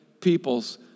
peoples